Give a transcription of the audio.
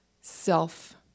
self